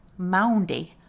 moundy